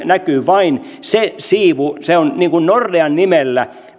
näkyy vain se siivu sitä kone omistusta se on nordean nimellä